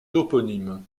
toponyme